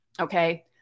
okay